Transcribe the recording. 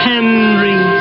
Henry